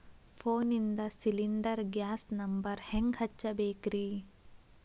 ಫೋನಿಂದ cylinder gas number ಹೆಂಗ್ ಹಚ್ಚ ಬೇಕ್ರಿ?